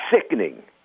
sickening